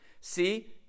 See